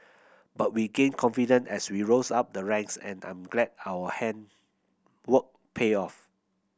but we gained confident as we rose up the ranks and I'm glad our hand work paid off